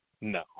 No